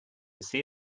see